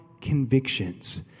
convictions